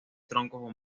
troncos